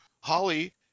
Holly